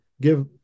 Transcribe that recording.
give